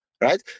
right